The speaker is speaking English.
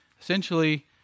essentially